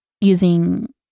using